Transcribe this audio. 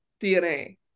dna